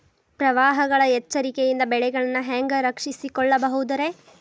ಪ್ರವಾಹಗಳ ಎಚ್ಚರಿಕೆಯಿಂದ ಬೆಳೆಗಳನ್ನ ಹ್ಯಾಂಗ ರಕ್ಷಿಸಿಕೊಳ್ಳಬಹುದುರೇ?